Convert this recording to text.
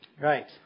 Right